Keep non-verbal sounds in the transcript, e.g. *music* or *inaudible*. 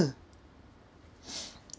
*noise*